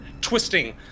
twisting